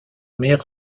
meilleur